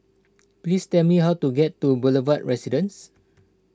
please tell me how to get to Boulevard Residence